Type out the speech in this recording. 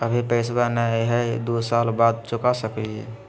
अभि पैसबा नय हय, दू साल बाद चुका सकी हय?